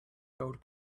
gold